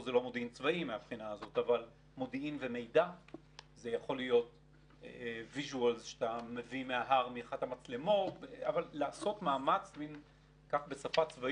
כולם יודעים שהמטרה שלהם היא להשיג את המטרות המדיניות כפי